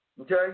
okay